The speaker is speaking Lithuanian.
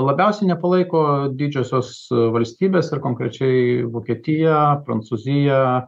labiausiai nepalaiko didžiosios valstybės ir konkrečiai vokietiją prancūziją